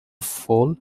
foal